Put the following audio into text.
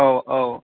औ औ